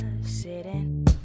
sitting